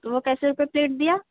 तो वह कैसे रुपये प्लेट दिया